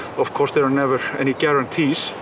of course there are never any guarantees,